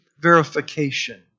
verification